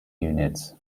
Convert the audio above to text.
units